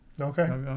Okay